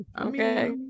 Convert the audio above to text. okay